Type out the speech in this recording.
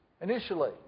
initially